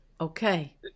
Okay